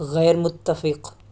غیر متفق